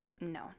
No